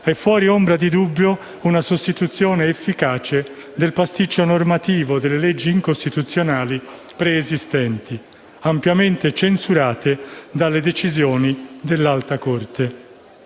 è fuori ombra di dubbio una sostituzione efficace del pasticcio normativo delle leggi incostituzionali preesistenti, ampiamente censurate dalle decisioni dell'Alta corte.